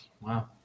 Wow